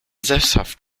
sesshaft